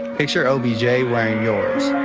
picture wearing yours.